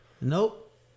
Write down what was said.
Nope